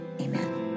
amen